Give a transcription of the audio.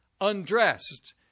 undressed